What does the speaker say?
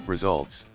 Results